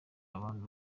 abantu